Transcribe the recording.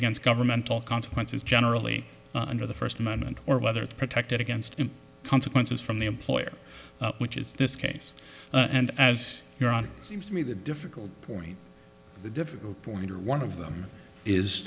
against governmental consequences generally under the first amendment or whether it's protected against in consequences from the employer which is this case and as your own seems to be the difficult point the difficult point or one of them is